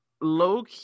low